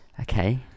Okay